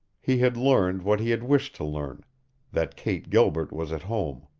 he had learned what he had wished to learn that kate gilbert was at home.